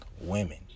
women